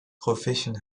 provision